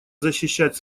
защищать